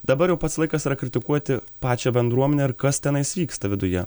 dabar jau pats laikas yra kritikuoti pačią bendruomenę ir kas tenais vyksta viduje